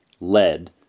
lead